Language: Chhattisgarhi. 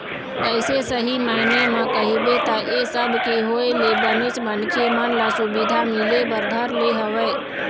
अइसे सही मायने म कहिबे त ऐ सब के होय ले बनेच मनखे मन ल सुबिधा मिले बर धर ले हवय